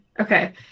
okay